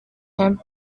him